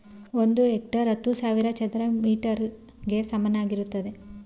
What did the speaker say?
ಒಂದು ಹೆಕ್ಟೇರ್ ಹತ್ತು ಸಾವಿರ ಚದರ ಮೀಟರ್ ಗೆ ಸಮಾನವಾಗಿರುತ್ತದೆ